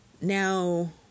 now